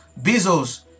Bezos